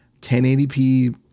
1080p